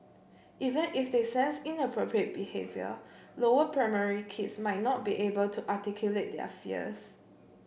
even if they sense inappropriate behaviour lower primary kids might not be able to articulate their fears